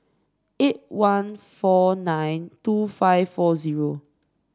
eight one four nine two five four zero